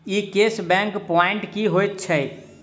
ई cash back point की होइत छैक?